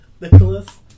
Nicholas